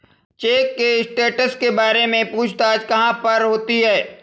Check के status के बारे में पूछताछ कहाँ पर होती है?